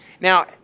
Now